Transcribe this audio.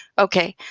okay.